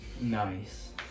Nice